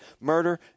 murder